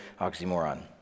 oxymoron